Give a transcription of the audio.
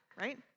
right